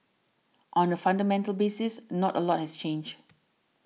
on a fundamental basis not a lot has changed